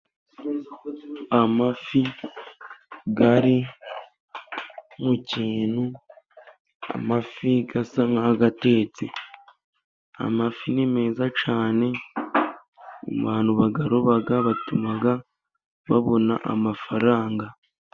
Amafi ari mu kintu, amafi asa nk'atetse. Amafi ni meza cyane abantu bayaroba, bituma babona amafaranga.